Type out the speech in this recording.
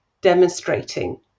demonstrating